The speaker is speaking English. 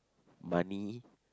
money